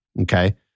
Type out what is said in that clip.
Okay